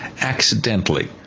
accidentally